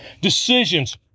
decisions